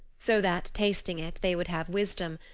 so that, tasting it, they would have wisdom,